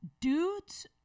dudes